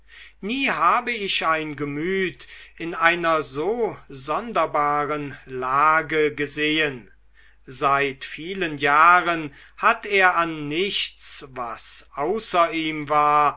nie habe ich ein gemüt in einer so sonderbaren lage gesehen seit vielen jahren hat er an nichts was außer ihm war